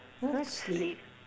I like to sleep